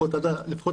לפחות עד השנה.